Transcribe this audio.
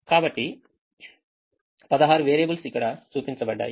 కాబట్టి 16 వేరియబుల్స్ ఇక్కడ చూపించబడ్డాయి